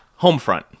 Homefront